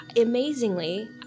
amazingly